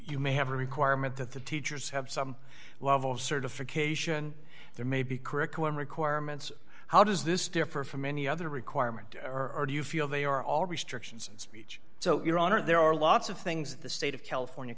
you may have a requirement that the teachers have some level of certification there may be curriculum requirements how does this differ from any other requirement or do you feel they are all restrictions on speech so your honor there are lots of things that the state of california